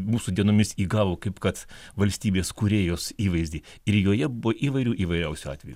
mūsų dienomis įgavo kaip kad valstybės kūrėjos įvaizdį ir joje buvo įvairių įvairiausių atvejų